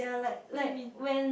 what do you mean